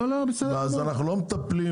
אנחנו לא מטפלים,